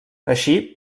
així